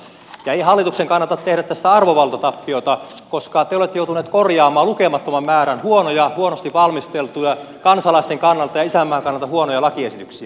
ei hallituksen kannata tehdä tästä arvovaltatappiota koska te olette joutuneet korjaamaan lukemattoman määrän huonoja huonosti valmisteltuja kansalaisten kannalta ja isänmaan kannalta huonoja lakiesityksiä